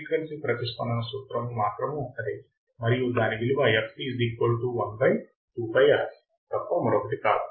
frequency ప్రతిస్పందన సూత్రం మాత్రము అదే మరియు దాని విలువ తప్ప మరొకటి కాదు